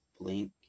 blink